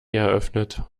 eröffnet